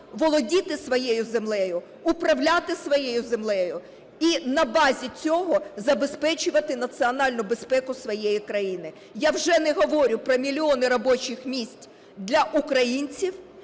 володіти своєю землею, управляти своєю землею, і на базі цього забезпечувати національну безпеку своєї країни. Я вже не говорю про мільйони робочих місць для українців,